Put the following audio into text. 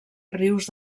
rius